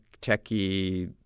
techy